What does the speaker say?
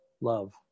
love